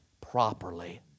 properly